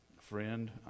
friend